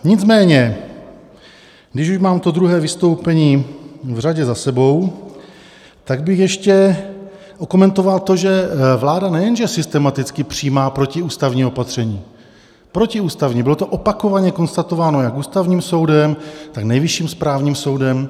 Nicméně když už mám to druhé vystoupení v řadě za sebou, tak bych ještě okomentoval to, že vláda nejen že systematicky přijímá protiústavní opatření protiústavní, bylo to opakovaně konstatováno jak Ústavním soudem, tak Nejvyšším správním soudem.